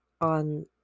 on